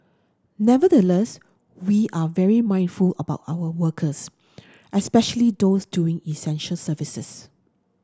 nevertheless we are very mindful about our workers especially those doing essential services